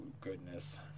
goodness